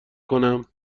کنم